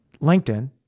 LinkedIn